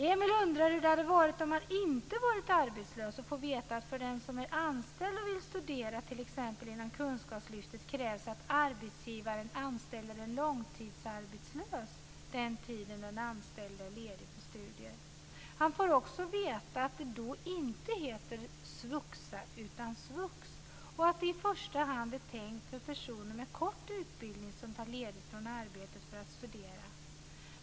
Emil undrar hur det hade varit om han inte hade varit arbetslös och får veta att för den som är anställd och vill studera, t.ex. inom kunskapslyftet, krävs att arbetsgivaren anställer en långtidsarbetslös den tid den anställde är ledig för studier. Han får också veta att det då inte heter svuxa utan svux och att det är tänkt i första hand för personer med kort utbildning som tar ledigt från arbetet för att studera.